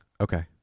Okay